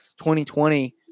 2020